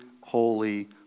holy